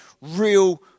real